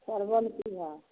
परवल कि भाव